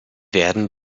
werden